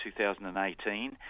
2018